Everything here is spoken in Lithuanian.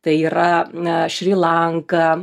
tai yra na šri lanka